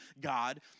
God